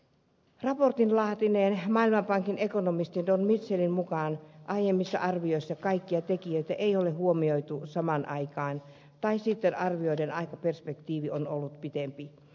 raportin laatineen maailmanpankin ekonomistin don mitchellin mukaan aiemmissa arvioissa kaikkia tekijöitä ei ole huomioitu samaan aikaan tai sitten arvioiden aikaperspektiivi on ollut pitempi